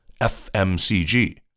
FMCG